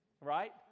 Right